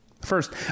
First